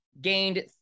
Gained